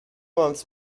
months